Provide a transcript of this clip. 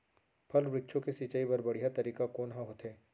फल, वृक्षों के सिंचाई बर बढ़िया तरीका कोन ह होथे?